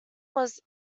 was